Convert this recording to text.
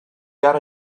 got